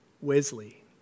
Wesley